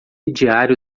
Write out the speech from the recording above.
diário